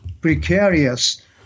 precarious